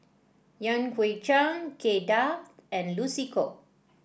Yan Hui Chang Kay Das and Lucy Koh